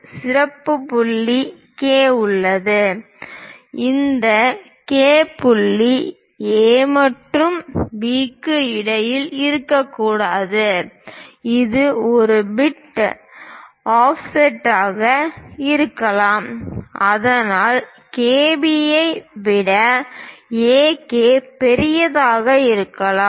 ஒரு சிறப்பு புள்ளி K உள்ளது இந்த K புள்ளி A மற்றும் B க்கு இடையில் இருக்கக்கூடாது இது ஒரு பிட் ஆஃப்செட்டாக இருக்கலாம் அதாவது KB ஐ விட AK பெரிதாக இருக்கலாம்